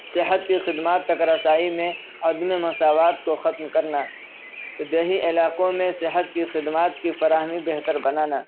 صحت کی خدمات تک رسائی میں عدم مساوات کو ختم کرنا دیہی علاقوں میں صحت کی خدمات کی فراہمی بہتر بنانا